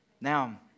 Now